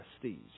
prestige